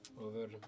over